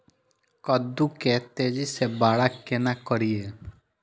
कद्दू के तेजी से बड़ा केना करिए?